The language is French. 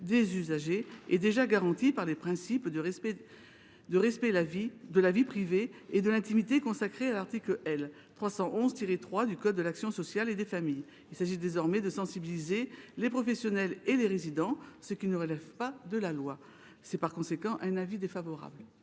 des usagers est déjà garanti par le principe du respect de la vie privée et de l’intimité consacré à l’article L. 311 3 du code de l’action sociale et des familles. Il s’agit désormais de sensibiliser les professionnels et les résidents à ce principe, ce qui ne relève pas de la loi. Pour ces raisons, la commission est défavorable